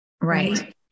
Right